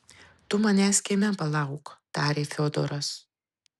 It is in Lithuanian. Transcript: tu manęs kieme palauk tarė fiodoras